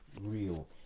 Real